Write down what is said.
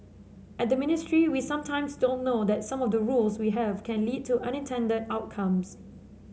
at the ministry we sometimes don't know that some of the rules we have can lead to unintended outcomes